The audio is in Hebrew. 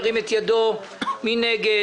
מי נגד?